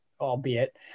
albeit